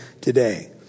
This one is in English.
today